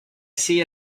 see